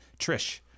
Trish